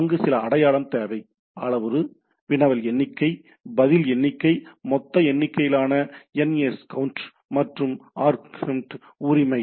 அங்கு சில அடையாளம் தேவை அளவுரு வினவல் எண்ணிக்கை பதில் எண்ணிக்கை மொத்த எண்ணிக்கையிலான என்எஸ்கவுன்ட் மற்றும் ஆர்கவுண்ட் உரிமை